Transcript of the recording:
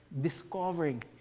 discovering